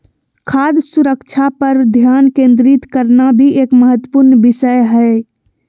खाद्य सुरक्षा पर ध्यान केंद्रित करना भी एक महत्वपूर्ण विषय हय